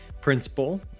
principal